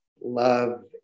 love